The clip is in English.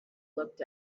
looked